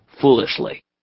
foolishly